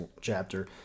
chapter